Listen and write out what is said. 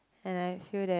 and I feel that